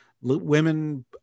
Women